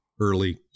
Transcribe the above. early